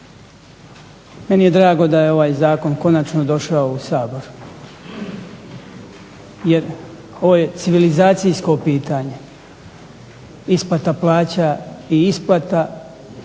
meni je drago da je ovaj zakon konačno došao u Sabor jer ovo je civilizacijsko pitanje. Isplata plaća i isplata